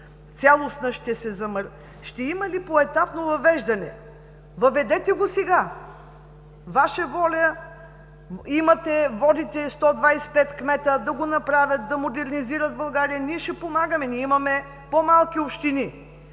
цялостно, ще има ли поетапно въвеждане? Въведете го сега, Ваша воля, водите 125 кмета, да го направят, да модернизират България, ние ще помагаме, имаме по малки общини.